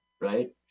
right